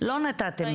לא נתתם.